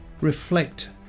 reflect